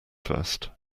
first